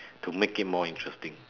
to make it more interesting